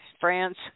France